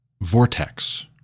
vortex